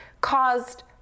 caused